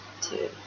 two